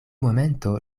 momento